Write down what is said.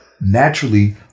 naturally